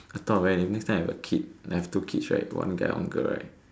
I thought of when next time if I have a kid like two kids right one guy one girl right